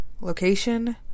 Location